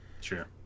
sure